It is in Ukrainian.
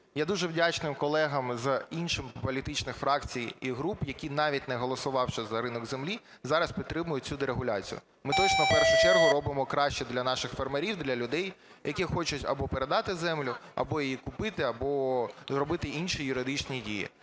Я дуже вдячний колегам з інших політичних фракцій і груп, які, навіть не голосувавши за ринок землі, зараз підтримують цю дерегуляцію. Ми точно в першу чергу робимо краще для наших фермерів, для людей, які хочуть або передати землю, або її купити, або зробити інші юридичні дії.